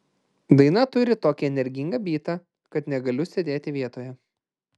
daina turi tokį energingą bytą kad negaliu sėdėti vietoje